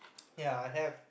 ya I have